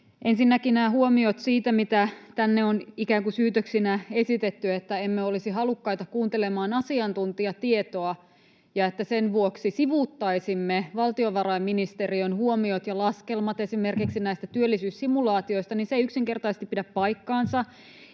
Ensinnäkin nämä huomiot siitä, mitä tänne on ikään kuin syytöksinä esitetty, että emme olisi halukkaita kuuntelemaan asiantuntijatietoa ja että sen vuoksi sivuuttaisimme valtiovarainministe-riön huomiot ja laskelmat esimerkiksi näistä työllisyyssimulaatioista. Se ei yksinkertaisesti pidä paikkaansa.